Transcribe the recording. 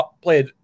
played